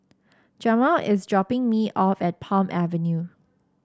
Jamal is dropping me off at Palm Avenue